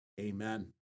Amen